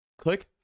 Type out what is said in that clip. click